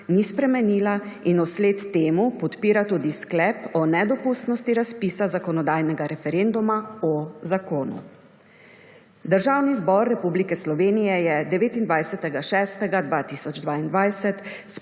ni spremenila in vsled temu podpira tudi sklep o nedopustnosti razpisa zakonodajnega referenduma o zakonu. Državni zbor Republike Slovenije je 29. 6. 2022